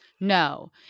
No